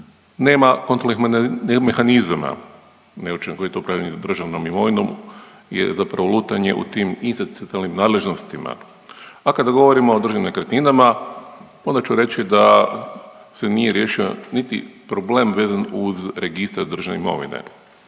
Nema kontrolnih mehanizama, neučinkovito upravljanje državnom imovinom je zapravo lutanje u tim institucionalnim nadležnostima, a kada govorimo o državnim nekretninama, onda ću reći da se nije riješio niti problem vezan uz registar državne imovine.